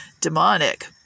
demonic